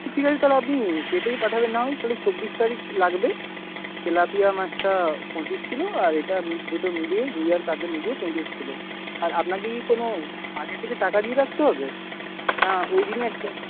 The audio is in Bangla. ঠিক আছে তাহলে আপনি কেটেই পাঠাবেন না হয় তাহলে চব্বিশ তারিখ লাগবে তেলাপিয়া মাছটা পঁচিশ কিলো আর এটা দুটো মিলিয়ে রুই আর কাতলা মিলিয়ে পঞ্চাশ কিলো আর আপনাকে কি কোনো আগে থেকে টাকা দিয়ে রাখতে হবে না ওই দিনই একদম